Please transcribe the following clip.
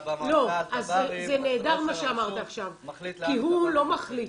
זה נהדר מה שאמרת עכשיו, כי הוא לא מחליט.